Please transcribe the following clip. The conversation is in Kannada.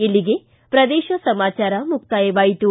ಇಲ್ಲಿಗೆ ಪ್ರದೇಶ ಸಮಾಚಾರ ಮುಕ್ತಾಯವಾಯಿತು